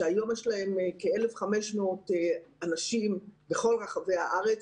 שהיום יש לה כ-1,500 אנשים בכל רחבי הארץ,